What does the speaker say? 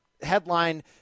headline